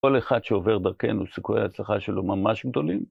כל אחד שעובר דרכנו, סיכוי ההצלחה שלו ממש גדולים.